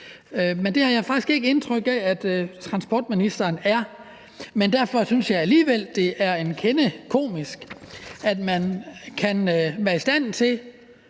men det har jeg faktisk ikke indtryk af at transportministeren er. Derfor synes jeg alligevel, det er en kende komisk, at man kan være i stand til